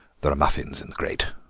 there are muffins in the grate.